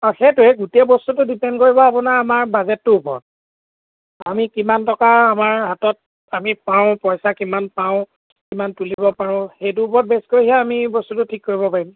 অঁ সেইটোৱেই গোটেই বস্তুটো ডিপেণ্ড কৰিব আপোনাৰ আমাৰ বাজেটটোৰ ওপৰত আমি কিমান টকা আমাৰ হাতত আমি পাওঁ পইচা কিমান পাওঁ কিমান তুলিব পাৰোঁ সেইটোৰ ওপৰত বেছ কৰিহে আমি বস্তুটো ঠিক কৰিব পাৰিম